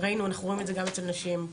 אנחנו רואים את זה גם אצל נשים,